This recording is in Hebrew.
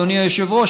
אדוני היושב-ראש,